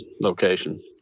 location